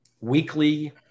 weekly